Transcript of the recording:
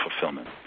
fulfillment